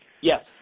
Yes